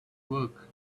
work